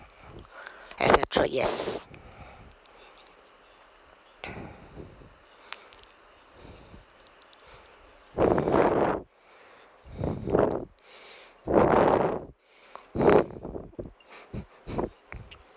et cetera yes